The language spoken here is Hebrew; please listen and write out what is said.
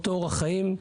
אותו אורח חיים,